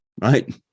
right